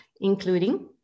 including